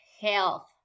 health